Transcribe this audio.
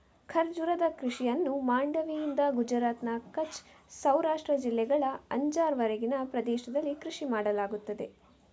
ಖರ್ಜೂರದ ಕೃಷಿಯನ್ನು ಮಾಂಡವಿಯಿಂದ ಗುಜರಾತ್ನ ಕಚ್ ಸೌರಾಷ್ಟ್ರ ಜಿಲ್ಲೆಗಳ ಅಂಜಾರ್ ವರೆಗಿನ ಪ್ರದೇಶದಲ್ಲಿ ಕೃಷಿ ಮಾಡಲಾಗುತ್ತದೆ